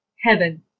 heaven